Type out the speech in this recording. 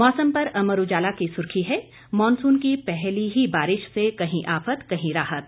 मौसम पर अमर उजाला की सुर्खी है मानसून की पहली ही बारिश से कहीं आफत कहीं राहत